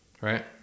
Right